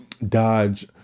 dodge